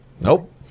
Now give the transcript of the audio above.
Nope